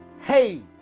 Hey